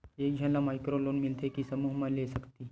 एक झन ला माइक्रो लोन मिलथे कि समूह मा ले सकती?